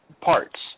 parts